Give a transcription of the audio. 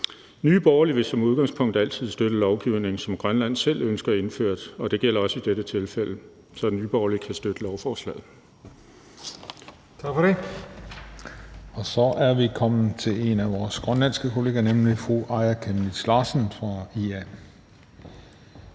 Nye Borgerlige vil som udgangspunkt altid støtte lovgivning, som Grønland selv ønsker indført, og det gælder også i dette tilfælde. Så Nye Borgerlige kan støtte lovforslaget. Kl. 15:13 Den fg. formand (Christian Juhl): Tak for det. Og så er vi kommet til en af vores grønlandske kollegaer, nemlig fru Aaja Chemnitz Larsen fra IA.